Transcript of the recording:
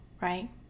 right